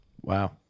Wow